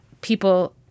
people